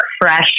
fresh